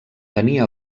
tenia